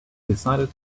decided